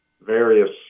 various